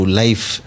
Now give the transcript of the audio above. life